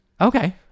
Okay